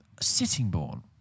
Sittingbourne